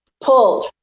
pulled